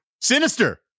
Sinister